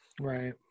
right